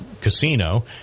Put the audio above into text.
casino